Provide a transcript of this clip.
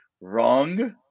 Wrong